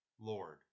Lord